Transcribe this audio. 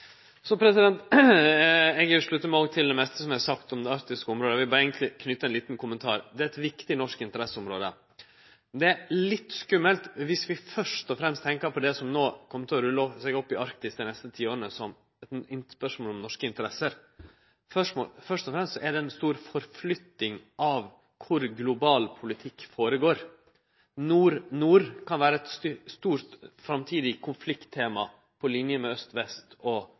det som er sagt om det arktiske området, eg vil berre knyte ein liten kommentar til det. Det er eit viktig norsk interesseområde. Det er litt skummelt dersom vi først og fremst tenkjer på det som no kjem til å rulle seg opp i Arktis dei neste tiåra, som eit spørsmål om norske interesser. Først og fremst er det ei stor flytting av kvar global politikk føregår. Nord–nord kan vere eit stort framtidig konflikttema på linje med aust–vest og